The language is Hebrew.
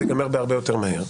זה ייגמר הרבה יותר מהר.